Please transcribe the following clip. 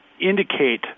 indicate